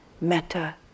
metta